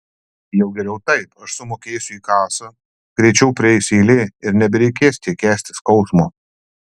jau geriau taip aš sumokėsiu į kasą greičiau prieis eilė ir nebereikės tiek kęsti skausmo